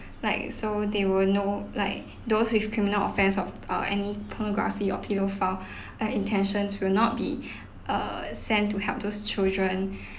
like so they would know like those with criminal offence of uh any pornography or pedophile uh intentions will not be err sent to help those children